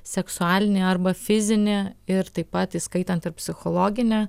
seksualinį arba fizinį ir taip pat įskaitant ir psichologinį